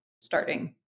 starting